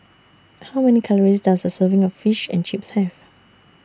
How Many Calories Does A Serving of Fish and Chips Have